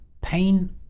pain